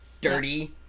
dirty